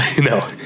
No